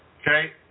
okay